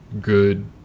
good